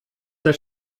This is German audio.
der